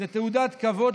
זו תעודת כבוד